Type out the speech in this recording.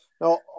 Now